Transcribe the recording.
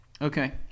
Okay